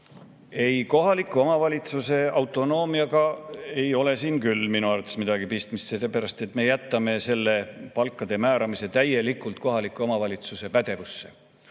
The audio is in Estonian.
Ei, kohaliku omavalitsuse autonoomiaga ei ole siin küll minu arvates midagi pistmist, sellepärast et me jätame palkade määramise täielikult kohaliku omavalitsuse pädevusse.